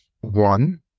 One